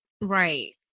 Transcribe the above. Right